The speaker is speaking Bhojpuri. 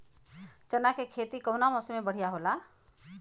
चना के खेती कउना मौसम मे बढ़ियां होला?